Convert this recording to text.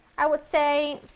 i would say,